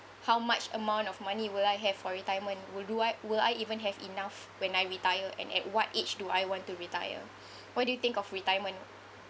how much amount of money will I have for retirement will do I will I even have enough when I retire and at what age do I want to retire what do you think of retirement